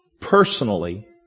personally